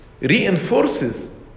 reinforces